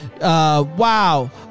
wow